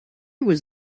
was